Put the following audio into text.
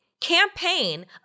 campaign